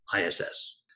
ISS